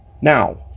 Now